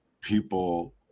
people